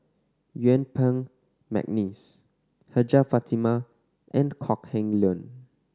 Yuen Peng McNeice Hajjah Fatimah and Kok Heng Leun